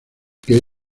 que